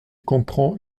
comprend